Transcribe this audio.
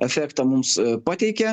efektą mums pateikia